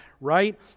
right